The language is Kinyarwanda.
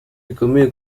bikomeye